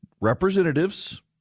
representatives